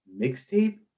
mixtape